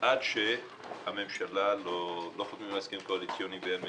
עד שלא חותמים על הסכם קואליציוני ואין ממשלה.